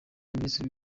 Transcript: minisitiri